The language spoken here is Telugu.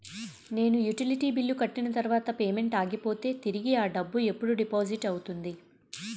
నేను యుటిలిటీ బిల్లు కట్టిన తర్వాత పేమెంట్ ఆగిపోతే తిరిగి అ డబ్బు ఎప్పుడు డిపాజిట్ అవుతుంది?